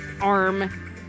arm